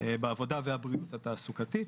בעבודה והבריאות התעסוקתית.